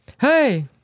hey